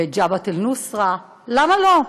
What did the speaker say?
ואת "ג'בהת אל-נוסרה", למה לא?